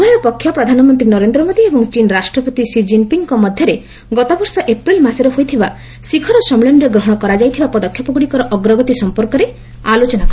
ଉଭୟ ପକ୍ଷ ପ୍ରଧାନମନ୍ତ୍ରୀ ନରେନ୍ଦ୍ର ମୋଦି ଏବଂ ଚୀନ୍ ରାଷ୍ଟ୍ରପତି ଷି ଜିନ୍ପିଙ୍ଗ୍ଙ୍କ ମଧ୍ୟରେ ଗତବର୍ଷ ଏପ୍ରିଲ୍ ମାସରେ ହୋଇଥିବା ଶିଖର ସମ୍ମିଳନୀରେ ଗ୍ରହଣ କରାଯାଇଥିବା ପଦକ୍ଷେପଗୁଡ଼ିକର ଅଗ୍ରଗତି ସମ୍ପର୍କରେ ଆଲୋଚନା କରିଛନ୍ତି